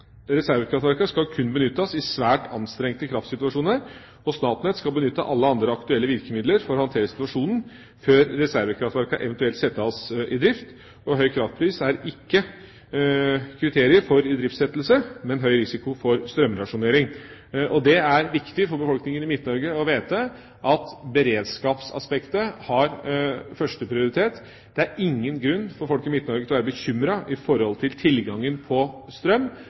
skal kun benyttes i svært anstrengte kraftsituasjoner, og Statnett skal benytte alle andre aktuelle virkemidler for å håndtere situasjonen før reservekraftverkene eventuelt settes i drift. Høy kraftpris er ikke kriteriet for idriftsettelse, men høy risiko for strømrasjonering. Det er viktig for befolkninga i Midt-Norge å vite at beredskapsaspektet har første prioritet. Det er ingen grunn for folk i Midt-Norge til å være bekymret for tilgangen på strøm,